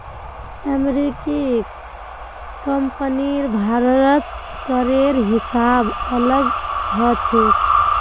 अमेरिकी कंपनीर भारतत करेर हिसाब अलग ह छेक